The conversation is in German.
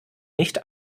nicht